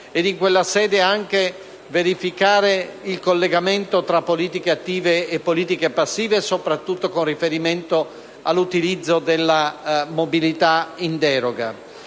in quella sede anche verificare il collegamento tra politiche attive e politiche passive, soprattutto con riferimento all'utilizzo della mobilità in deroga.